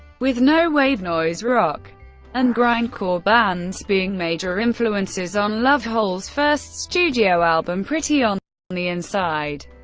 with no wave, noise rock and grindcore bands being major influences on love, hole's first studio album, pretty on the inside,